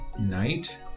night